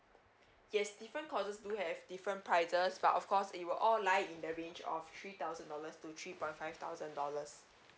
yes different courses do have different prices but of course it will all lie in the range of three thousand dollars to three point five thousand dollars